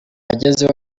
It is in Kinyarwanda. yagezeho